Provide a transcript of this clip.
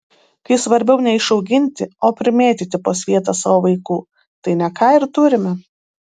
kai svarbiau ne išauginti o primėtyti po svietą savo vaikų tai ne ką ir turime